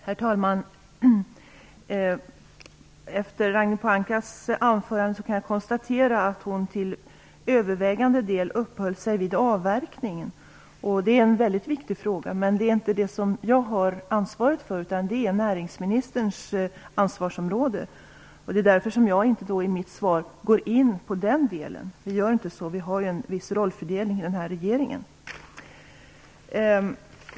Herr talman! Efter Ragnhild Pohankas anförande kan jag konstatera att hon till övervägande del uppehöll sig vid avverkningen. Det är en väldigt viktig fråga. Men det är inte en fråga som jag har ansvaret för, utan den hör till näringsministerns ansvarsområden. Det var därför som jag i mitt svar inte gick in på den delen. Vi har ju en viss rollfördelning i regeringen.